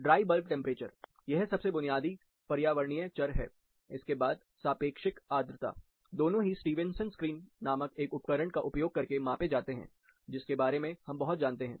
dry bulb temperature यह सबसे बुनियादी पर्यावरणीय चर है इसके बाद सापेक्षिक आर्द्रता दोनों ही स्टीवेंसन स्क्रीन नामक एक उपकरण का उपयोग करके मापे जाते है जिसके बारे में हम बहुत जानते हैं